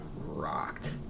rocked